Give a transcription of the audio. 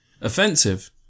Offensive